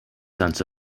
sense